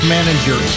Manager